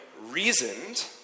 reasoned